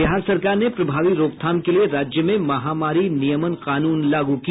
बिहार सरकार ने प्रभावी रोकथाम के लिए राज्य में महामारी नियमन कानून लागू किया